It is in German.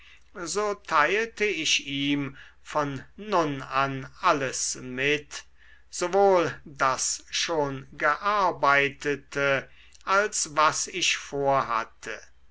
so teilte ich ihm von nun an alles mit sowohl das schon gearbeitete als was ich vorhatte